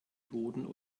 boden